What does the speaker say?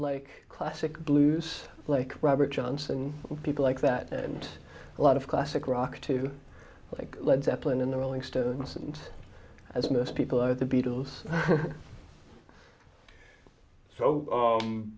like classic blues like robert johnson people like that and a lot of classic rock too like led zeppelin and the rolling stones and as miss people are the beatles so